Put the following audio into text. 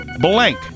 blank